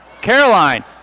Caroline